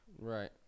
right